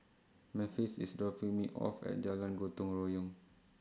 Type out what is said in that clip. Memphis IS dropping Me off At Jalan Gotong Royong